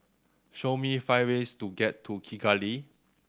show me five ways to get to Kigali